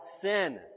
sin